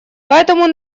поэтому